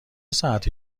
ساعتی